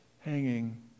hanging